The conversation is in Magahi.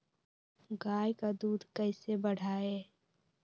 गाय का दूध कैसे बढ़ाये?